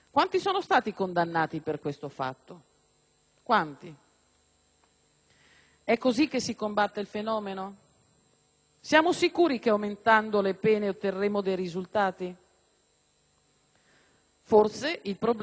È così che si combatte il fenomeno? Siamo sicuri che aumentando le pene otterremo dei risultati? Forse il problema è piuttosto quello di individuare i responsabili.